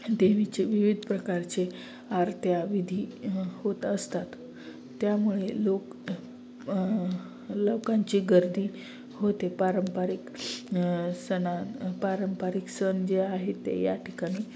देवीचे विविध प्रकारचे आरत्या विधी होत असतात त्यामुळे लोक लोकांची गर्दी होते पारंपरिक सण पारंपरिक सण जे आहे ते या ठिकाणी